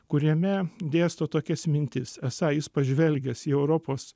kuriame dėsto tokias mintis esą jis pažvelgęs į europos